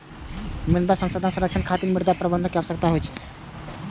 मृदा संसाधन के संरक्षण खातिर मृदा प्रबंधन के आवश्यकता छै